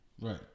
Right